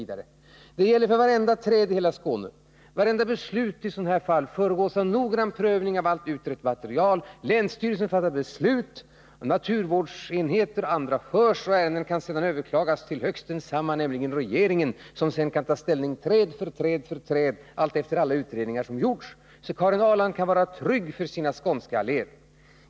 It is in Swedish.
Detta gäller för vartenda träd i hela Skåne. Varje beslut i sådana här fall föregås av noggrann prövning av allt utredningsmaterial. Länsstyrelsen fattar beslut. Naturvårdsenheter och andra instanser hörs. Ärendet kan sedan överklagas till regeringen, som kan ta ställning träd för träd för träd — alltefter alla utredningar som gjorts. Karin Ahrland kan alltså känna trygghet för sina skånska alléer.